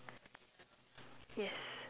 yes